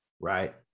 Right